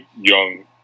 young